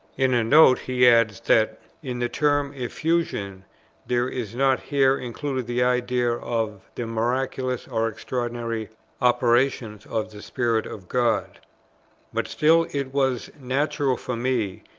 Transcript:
in a note he adds that in the term effusion there is not here included the idea of the miraculous or extraordinary operations of the spirit of god but still it was natural for me,